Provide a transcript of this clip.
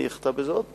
אני אחטא בזה עוד פעם.